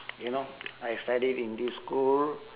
you know I studied in this school